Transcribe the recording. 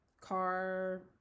car